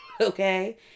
okay